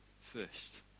first